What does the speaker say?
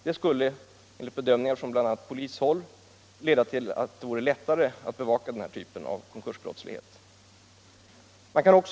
Det skulle troligen göra det lättare att bevaka den här typen av konkursbrottslighet.